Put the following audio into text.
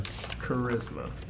Charisma